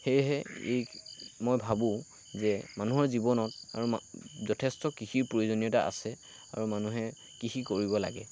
সেয়েহে এই মই ভাবোঁ যে মানুহৰ জীৱনত যথেষ্ট কৃষিৰ প্ৰয়োজনীয়তা আছে আৰু মানুহে কৃষি কৰিব লাগে